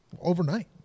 overnight